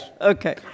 Okay